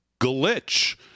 glitch